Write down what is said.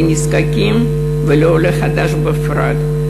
לנזקקים ולעולה חדש בפרט.